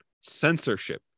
censorship